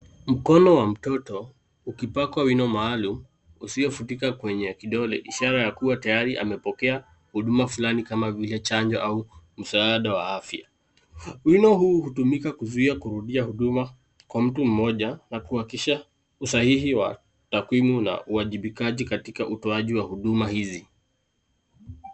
Mkono wa mtoto, ukipakwa wino maalumu. usiofutika kwenye kidole, ishara yakuwa tayari amepokea huduma fulani kama vile chanjo au msaada wa afya. Wino huu hutumika kuzuia kurudia huduma kwa mtu mmoja na kuhakikisha usahihi wa takwimu na uwajibikaji katika utoaji wa huduma hizi.